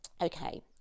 Okay